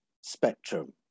spectrum